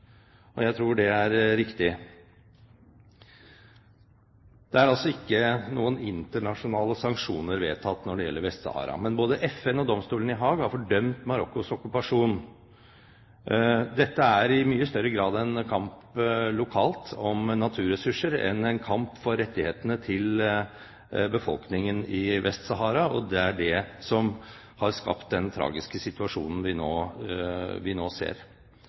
og jeg tror det er riktig. Det er altså ikke noen internasjonale sanksjoner vedtatt når det gjelder Vest-Sahara, men både FN og domstolen i Haag har fordømt Marokkos okkupasjon. Dette er i mye større grad en kamp lokalt om naturressurser enn en kamp for rettighetene til befolkningen i Vest-Sahara, og det er det som har skapt den tragiske situasjonen vi nå